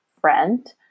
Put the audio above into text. friend